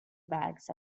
bags